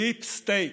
דיפ סטייט,